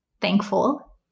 thankful